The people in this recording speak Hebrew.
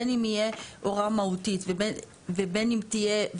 בין אם יהיה הוראה מהותית ובין אם תהיה,